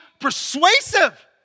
persuasive